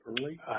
early